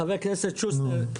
חבר הכנסת שוסטר,